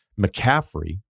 McCaffrey